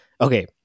Okay